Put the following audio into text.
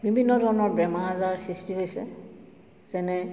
বিভিন্ন ধৰণৰ বেমাৰ আজাৰ সৃষ্টি হৈছে যেনে